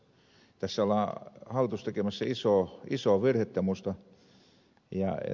tässä on hallitus tekemässä isoa virhettä minusta